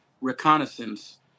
reconnaissance